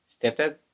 Stepdad